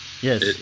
Yes